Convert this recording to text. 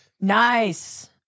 Nice